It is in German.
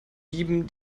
dieben